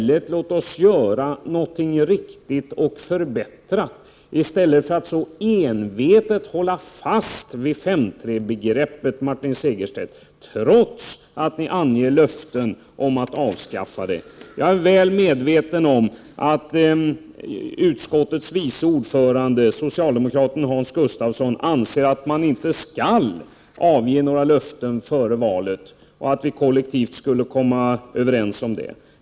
Låt oss göra någonting riktigt och förbättra i stället för att så envetet hålla fast vid 5:3-begreppet, Martin Segerstedt, trots att ni avger löften om att avskaffa det. Jag är väl medveten om att utskottets vice ordförande, socialdemokraten Hans Gustafsson, anser att man inte skall avge några löften före valet och att vi kollektivt borde komma överens om det.